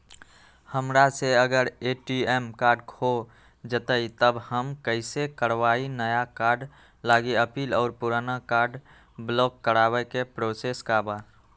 हमरा से अगर ए.टी.एम कार्ड खो जतई तब हम कईसे करवाई नया कार्ड लागी अपील और पुराना कार्ड ब्लॉक करावे के प्रोसेस का बा?